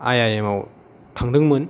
I I M आव थांदोंमोन